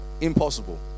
Impossible